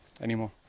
anymore